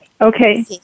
Okay